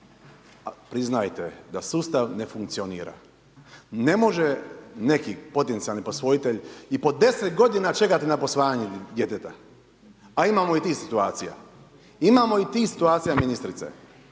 Priznajte da sustav ne funkcionira. Ne može neki potencijalni posvojitelj i po 10 godina čekati na posvajanje djeteta, a imamo i tih situacija. Imamo i tih situacija ministrice.